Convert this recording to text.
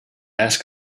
ask